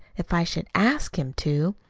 if i should ask him to.